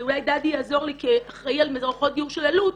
ואולי דדי יעזור לי כאחראי על --- של אלו"ט,